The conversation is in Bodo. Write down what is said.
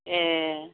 ए